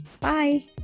Bye